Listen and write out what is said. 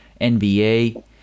NBA